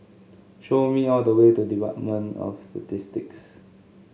show me all the way to Department of the Statistics